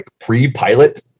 pre-pilot